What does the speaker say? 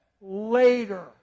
later